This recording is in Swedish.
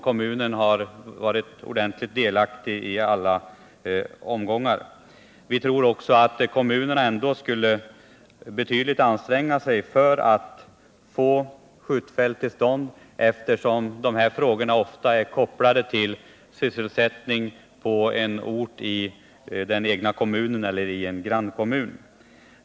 Kommunerna kommer säkerligen att anstränga sig för att få ett skjutfält till stånd, eftersom dessa frågor ofta är kopplade till sysselsättningen i den egna kommunen eller i en grannkommun.